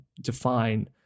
define